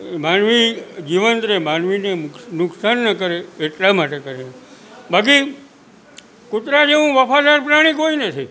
માનવી જીવંત રહે માનવીને નુકશાન ન કરે એટલા માટે કહે બાકી કૂતરા જેવુ વફાદાર પ્રાણી કોઈ નથી